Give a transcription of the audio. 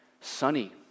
sunny